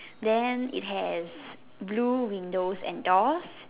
then it has blue windows and doors